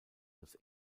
als